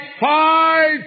five